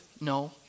No